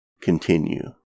continue